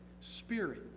Spirit